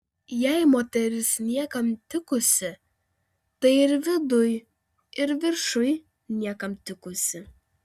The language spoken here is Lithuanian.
jei moteris niekam tikusi tai ir viduj ir viršuj niekam tikusi